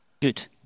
Good